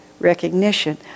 recognition